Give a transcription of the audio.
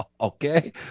Okay